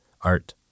art